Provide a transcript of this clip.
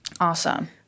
Awesome